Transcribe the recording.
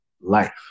life